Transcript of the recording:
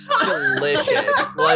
Delicious